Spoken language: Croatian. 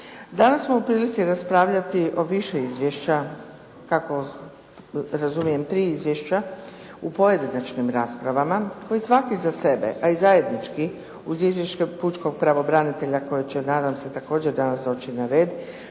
Danas smo u prilici raspravljati o više izvješća, kako razumijem u tri izvješća, u pojedinačnim raspravama koji svaki za sebe a i zajednici uz izvješće pučkog pravobranitelja koji će nadam se također danas doći na red,